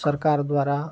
सरकार द्वारा